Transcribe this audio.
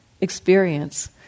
experience